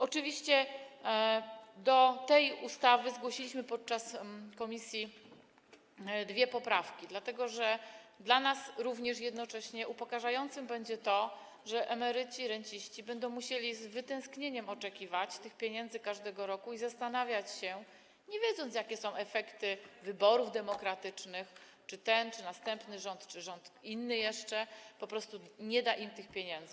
Oczywiście, do tej ustawy zgłosiliśmy podczas posiedzenia komisji dwie poprawki, dlatego że dla nas również upokarzające jest to, że emeryci, renciści będą musieli z wytęsknieniem oczekiwać tych pieniędzy każdego roku i zastanawiać się, nie wiedząc, jakie będą efekty wyborów demokratycznych, tego, czy ten czy następny rząd, czy rząd inny jeszcze po prostu nie da im tych pieniędzy.